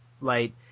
light